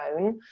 own